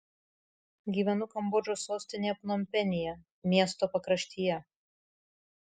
gyvenu kambodžos sostinėje pnompenyje miesto pakraštyje